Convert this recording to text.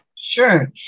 Sure